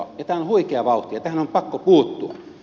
tämä on huikea vauhti ja tähän on pakko puuttua